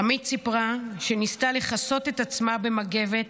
עמית סיפרה שניסתה לכסות את עצמה במגבת,